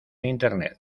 internet